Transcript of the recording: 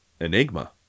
Enigma